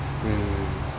mm